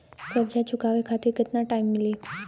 कर्जा चुकावे खातिर केतना टाइम मिली?